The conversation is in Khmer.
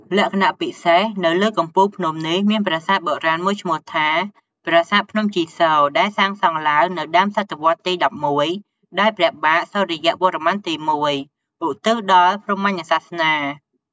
លក្ខណៈពិសេស នៅលើកំពូលភ្នំនេះមានប្រាសាទបុរាណមួយឈ្មោះថា ប្រាសាទភ្នំជីសូ ដែលសាងសង់ឡើងនៅដើមសតវត្សទី ១១ ដោយព្រះបាទសុរិយវរ្ម័នទី១ ឧទ្ទិសដល់ព្រហ្មញ្ញសាសនា។